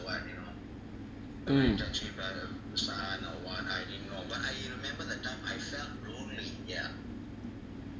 mm